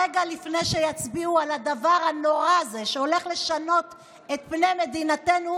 רגע לפני שיצביעו על הדבר הנורא הזה שהולך לשנות את פני מדינתנו,